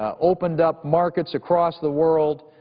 ah opened up markets across the world,